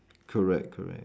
correct correct